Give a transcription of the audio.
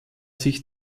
sich